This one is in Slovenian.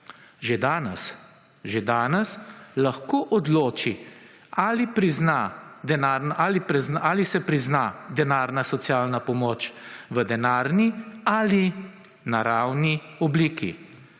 Že danes lahko odloči, ali se prizna denarna socialna pomoč v denarni ali naravni obliki.